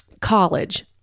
college